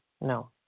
no